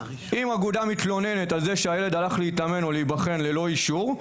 אם אגודה מתלוננת על זה שהילד הלך להתאמן או להיבחן ללא אישור,